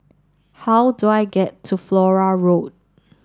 how do I get to Flora Road